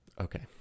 okay